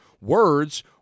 words